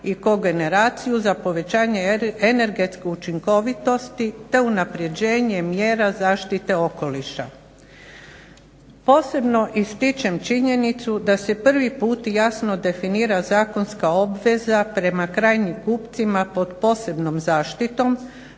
i kogeneraciju za povećanje energetske učinkovitosti te unaprjeđenje mjera zaštite okoliša. Posebno ističem činjenicu da se prvi put jasno definira zakonska obveza prema krajnjim kupcima pod posebnom zaštitom,